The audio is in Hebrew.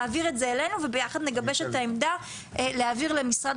להעביר את זה אלינו וביחד נגבש את העמדה מה להעביר למשרד